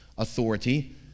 Authority